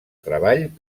treball